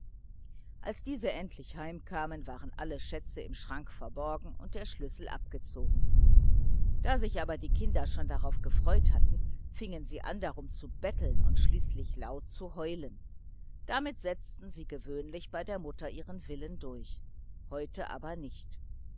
als diese endlich heimkamen waren alle schätze im schrank verborgen und der schlüssel abgezogen da sich aber die kinder schon darauf gefreut hatten fingen sie an darum zu betteln und schließlich laut zu heulen damit setzten sie gewöhnlich bei der mutter ihren willen durch heute aber nicht